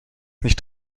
nicht